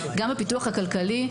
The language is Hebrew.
גם בפיתוח הכלכלי,